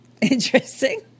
Interesting